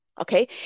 okay